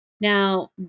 Now